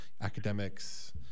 academics